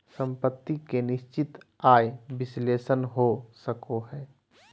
सम्पत्ति के निश्चित आय विश्लेषण हो सको हय